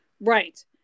Right